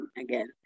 again